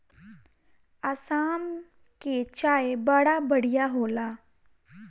आसाम के चाय बड़ा बढ़िया होला